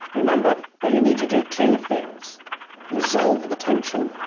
remember that you need to do two things resolve the tension,